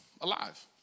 alive